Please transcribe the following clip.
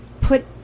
put